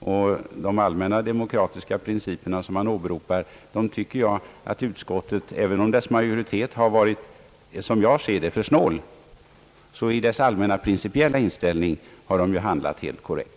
Och vad rör de allmänna demokratiska principer han åberopar tycker jag att utskottet — även om dess majoritet enligt min mening har varit för snål — i sin allmänna principiella inställning har handlat helt korrekt.